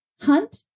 hunt